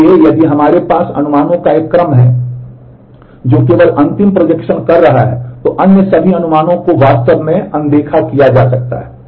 इसलिए यदि हमारे पास अनुमानों का एक क्रम है जो केवल अंतिम प्रोजेक्शन कर रहा है तो अन्य सभी अनुमानों को वास्तव में अनदेखा किया जा सकता है